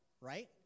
right